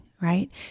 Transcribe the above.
right